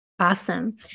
Awesome